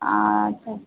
अच्छा